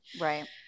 right